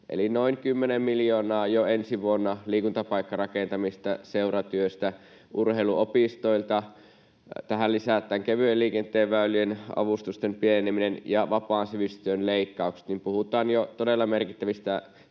kymmenen miljoonaa jo ensi vuonna liikuntapaikkarakentamisesta, seuratyöstä, urheiluopistoilta. Kun tähän lisätään kevyen liikenteen väylien avustusten pieneneminen ja vapaan sivistystyön leikkaukset, niin puhutaan jo todella merkittävistä